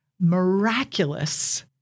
miraculous